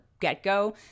get-go